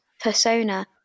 persona